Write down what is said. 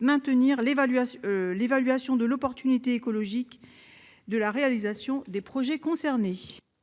maintenir l'évaluation de l'opportunité écologique de la réalisation des projets concernés.